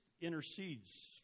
intercedes